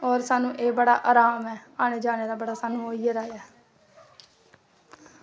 होर एह् स्हानू बड़ा आराम ऐ आने जाने दा एह् बड़ा होई गेदा ऐ